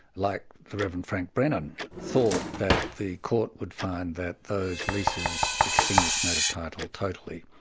like the reverend frank brennan, thought that the court would find that those leases extinguished native title totally.